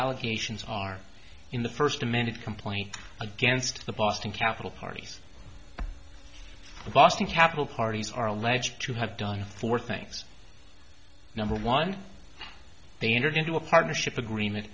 allegations are in the first amended complaint against the boston capital parties the boston capital parties are alleged to have done four things number one they entered into a partnership agreement